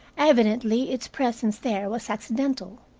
evidently its presence there was accidental.